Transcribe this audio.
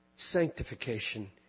Sanctification